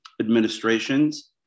administrations